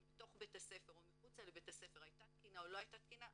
בתוך בית הספר או מחוץ לבית הספר הייתה תקינה או לא הייתה תקינה,